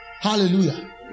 Hallelujah